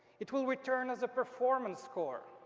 it will return as a performance score.